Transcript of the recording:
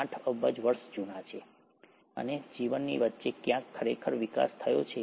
8 અબજ વર્ષ જૂના છે અને જીવનની વચ્ચે ક્યાંક ખરેખર વિકાસ થયો છે